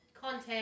content